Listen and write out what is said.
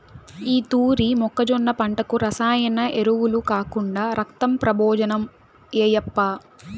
ఈ తూరి మొక్కజొన్న పంటకు రసాయన ఎరువులు కాకుండా రక్తం ప్రబోజనం ఏయప్పా